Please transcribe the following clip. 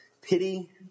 pity